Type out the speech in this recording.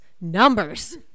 Numbers